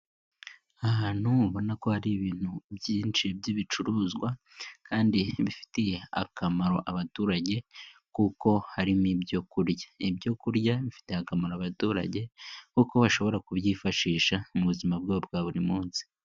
Ahantu ubona ko hari ibintu byinshi by'ibicuruzwa, kandi bifitiye akamaro abaturage kuko harimo ibyo kurya. Ibyo kurya bifitiye akamaro abaturage kuko bashobora kubyifashisha mu buzima bwabo bwa buri munsi.